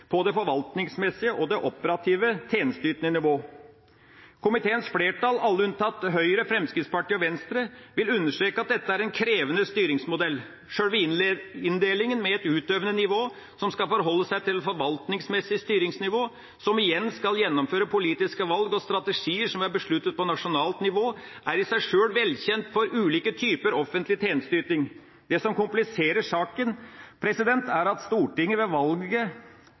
på det forvaltningsmessige og det operative tjenesteytende nivå. Komiteens flertall, alle unntatt Høyre, Fremskrittspartiet og Venstre, vil understreke at dette er en krevende styringsmodell. Sjølve inndelinga med et utøvende nivå som skal forholde seg til forvaltningsmessig styringsnivå, som igjen skal gjennomføre politiske valg og strategier som er besluttet på nasjonalt nivå, er i seg sjøl velkjent for ulike typer offentlig tjenesteyting. Det som kompliserer saken, er at Stortinget har valgt å gjøre dette ved